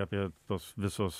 apie tuos visus